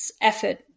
effort